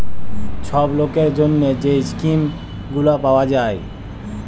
ছব লকের জ্যনহে যে ইস্কিম গুলা পাউয়া যায়